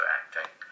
acting